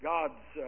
God's